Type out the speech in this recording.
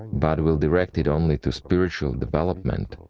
but will direct it only to spiritual development,